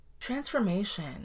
Transformation